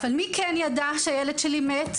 מי כן ידע שהילד שלי מת?